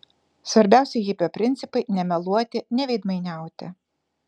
svarbiausi hipio principai nemeluoti neveidmainiauti